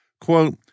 quote